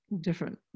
different